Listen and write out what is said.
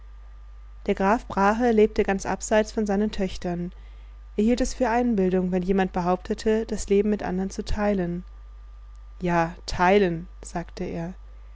der graf brahe lebte ganz abseits von seinen töchtern er hielt es für einbildung wenn jemand behauptete das leben mit andern zu teilen ja teilen sagte er